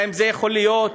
האם זה יכול להיות?